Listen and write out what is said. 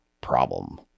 problem